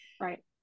right